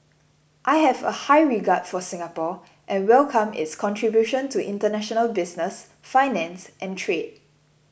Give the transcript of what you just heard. I have a high regard for Singapore and welcome its contribution to international business finance and trade